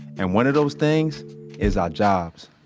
and one of those things is our jobs.